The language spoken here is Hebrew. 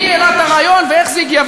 מי העלה את הרעיון ואיך זה הגיע.